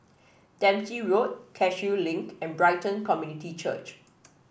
Dempsey Road Cashew Link and Brighton Community Church